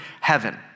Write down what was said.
heaven